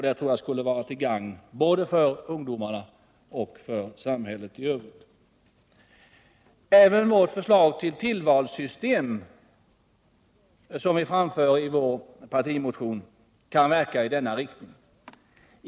Det tror jag skulle vara till gagn för både ungdomarna och samhället i övrigt. Även det förslag till tillvalssystem som vi framför i vår partimotion kan verka i denna riktning.